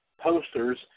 posters